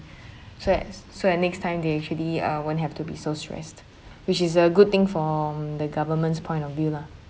so that so that next time they actually uh won't have to be so stressed which is a good thing from the government's point of view lah